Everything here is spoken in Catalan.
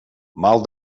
mal